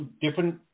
different